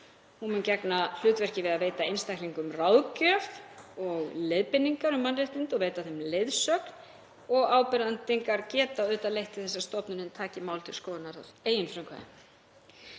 Hún mun gegna hlutverki við að veita einstaklingum ráðgjöf og leiðbeiningar um mannréttindi og veita þeim leiðsögn og ábendingar geta auðvitað leitt til þess að stofnunin taki mál til skoðunar að eigin frumkvæði.